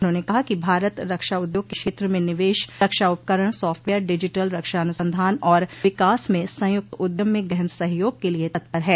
उन्होंने कहा कि भारत रक्षा उद्योग के क्षेत्र में निवेश रक्षा उपकरण साफ्टवेयर डिजिटल रक्षा अनुसंधान और विकास में संयुक्त उद्यम में गहन सहयोग के लिए तत्पर है